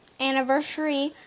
anniversary